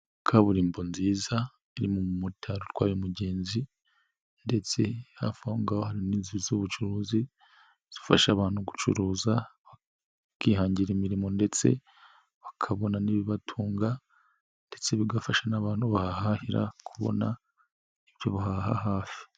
Kaburimbo nziza arimo umumotari utwaye umugenzi ndetse hafi aho ngaho hari n'inzu z'ubucuruzi zifasha abantu gucuruza bakihangira imirimo ndetse bakabona n'ibibatunga ndetse bigafasha n'abantu bahahahira kubona ibyo bahaha hafi.